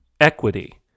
equity